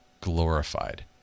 glorified